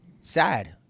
Sad